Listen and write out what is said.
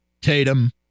Tatum